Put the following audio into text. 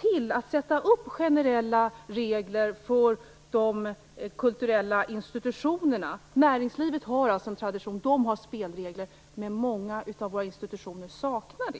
till att sätta upp generella regler för de kulturella institutionerna? Näringslivet har spelregler, men många av våra institutioner saknar det.